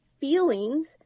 feelings